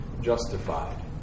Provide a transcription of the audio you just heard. justified